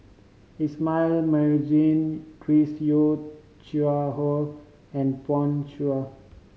Ismail Marjan Chris Yeo Siew Hua and Pan Shou